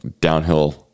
downhill